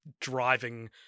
driving